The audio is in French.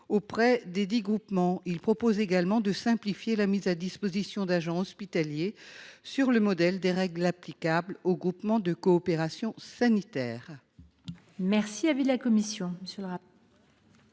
auprès d’un groupement. Il a également pour objet de simplifier la mise à disposition d’agents hospitaliers sur le modèle des règles applicables aux groupements de coopération sanitaire. Quel est l’avis de la commission